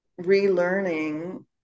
relearning